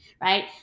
right